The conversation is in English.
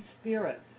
spirits